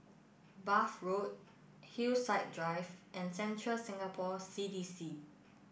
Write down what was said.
Bath Road Hillside Drive and Central Singapore C D C